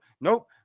Nope